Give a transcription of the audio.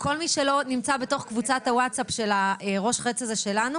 כל מי שלא נמצא בתוך קבוצת הווטסאפ של ראש החץ הזה שלנו